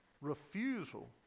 refusal